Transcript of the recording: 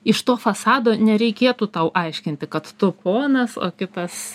iš to fasado nereikėtų tau aiškinti kad tu ponas o kitas